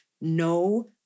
no